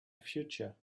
future